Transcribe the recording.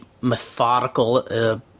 methodical